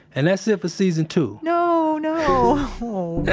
and that's it for season two no! no!